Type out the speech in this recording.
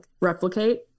replicate